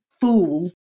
fool